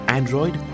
Android